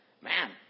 man